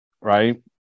right